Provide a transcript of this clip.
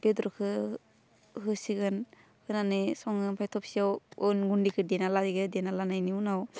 बेदरखौ होसिगोन होनानै सङो ओमफ्राय थबसियाव अन गुन्दैखौ देना लाहैगो देना लानायनि उनाव